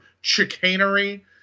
chicanery